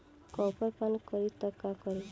Copper पान करी तब का करी?